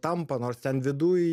tampa nors ten viduj